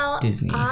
Disney